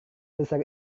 besar